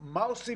מה זה